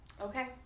Okay